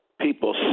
people